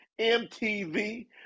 MTV